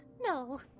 No